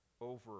over